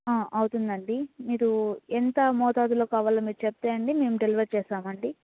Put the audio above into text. అవుతుందండి మీరు ఎంత మోతాదులో కావాలో మీరు చెప్తే అండి మేము డెలివర్ చేస్తామండీ